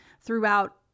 throughout